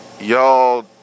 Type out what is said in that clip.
y'all